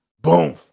Boom